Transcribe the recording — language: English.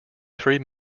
three